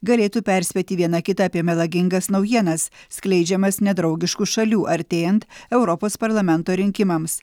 galėtų perspėti viena kitą apie melagingas naujienas skleidžiamas nedraugiškų šalių artėjant europos parlamento rinkimams